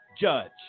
judge